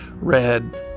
red